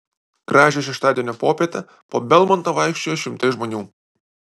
gražią šeštadienio popietę po belmontą vaikščiojo šimtai žmonių